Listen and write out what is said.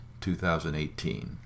2018